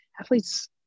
athletes